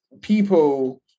people